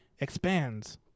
expands